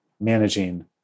managing